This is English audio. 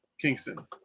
Kingston